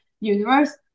universe